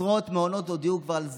עשרות מעונות הודיעו כבר על סגירה.